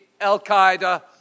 al-Qaeda